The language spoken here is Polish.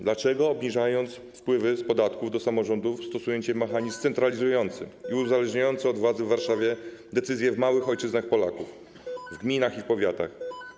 Dlaczego, obniżając wpływy z podatków do samorządów, stosujecie mechanizm centralizujący i uzależniający od władz w Warszawie decyzje w małych ojczyznach Polaków, w gminach i powiatach?